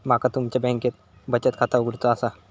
माका तुमच्या बँकेत बचत खाता उघडूचा असा?